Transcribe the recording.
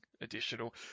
additional